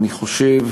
אני חושב